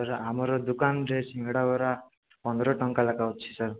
ଆମ ଦୋକାନରେ ସିଙ୍ଗେଡ଼ା ବରା ପନ୍ଦର ଟଙ୍କା ଲେଖାଁ ଅଛି ସାର୍